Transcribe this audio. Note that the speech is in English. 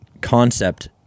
concept